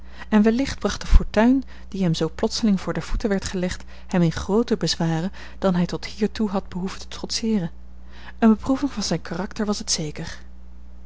en wellicht bracht de fortuin die hem zoo plotseling voor de voeten werd gelegd hem in grooter bezwaren dan hij tot hiertoe had behoeven te trotseeren eene beproeving van zijn karakter was het zeker